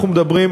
אנחנו מדברים,